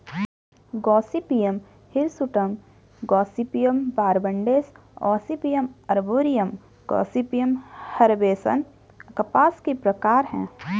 Gossypium hirsutum, Gossypium barbadense, Gossypium arboreum, Gossypium herbaceum कपास के प्रकार है